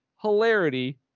Hilarity